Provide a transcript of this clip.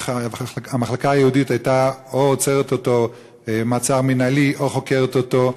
המחלקה היהודית הייתה עוצרת אותו מעצר מינהלי או חוקרת אותו,